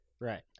Right